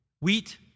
wheat